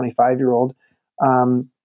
25-year-old